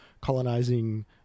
colonizing